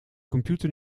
computer